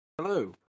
Hello